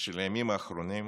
של הימים האחרונים,